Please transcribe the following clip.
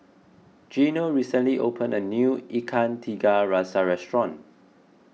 Gino recently opened a new Ikan Tiga Rasa Restaurant